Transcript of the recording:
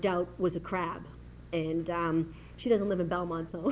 doubt was a crab and she doesn't live in belmont so